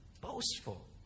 Boastful